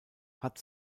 hat